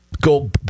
go